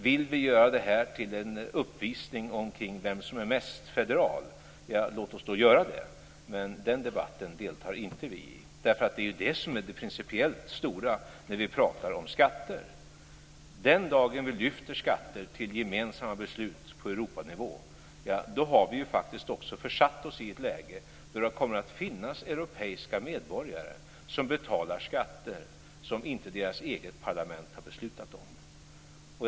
Om vi vill göra det här till en uppvisning av vem som är mest federal, låt oss då göra det - men den debatten deltar inte vi i. Det är ju det som är det principiellt stora när vi pratar om skatter. Den dagen vi lyfter upp skatter till gemensamma beslut på Europanivå har vi också försatt oss i ett läge där det kommer att finnas europeiska medborgare som betalar skatter som deras eget parlament inte har beslutat om.